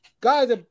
guys